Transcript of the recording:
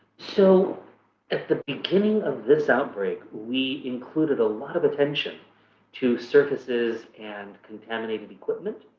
so at the beginning of this outbreak, we included a lot of attention to surfaces and contaminated equipment.